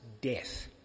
death